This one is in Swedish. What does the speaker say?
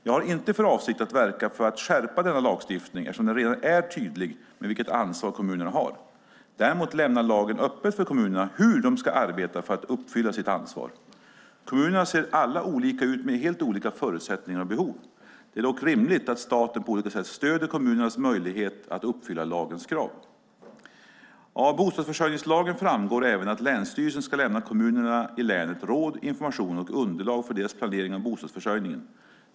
Jag har inte för avsikt att verka för att skärpa denna lagstiftning, eftersom den redan är tydlig med vilket ansvar kommunerna har. Däremot lämnar lagen öppet för kommunerna hur de ska arbeta för att uppfylla sitt ansvar. Kommunerna ser alla olika ut med helt olika förutsättningar och behov. Det är dock rimligt att staten på olika sätt stöder kommunernas möjlighet att uppfylla lagens krav. Av bostadsförsörjningslagen framgår även att länsstyrelsen ska lämna kommunerna i länet råd, information och underlag för deras planering av bostadsförsörjningen.